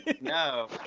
No